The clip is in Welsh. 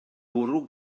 bwrw